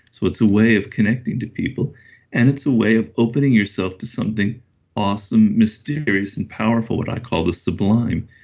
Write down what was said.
so it's a way of connecting to people and it's a way of opening yourself to something awesome mysterious and powerful what i call the sublime,